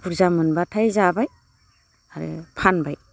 बुरजा मोनब्लाथाय जाबाय आरो फानबाय